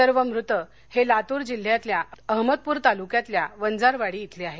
सर्व मृत हे लातूर जिल्ह्यातल्या अहमदपुर तालुक्यातल्या वंजारवाडी इथले आहेत